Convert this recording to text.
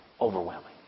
overwhelming